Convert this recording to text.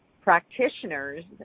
practitioners